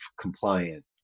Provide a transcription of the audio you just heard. Compliant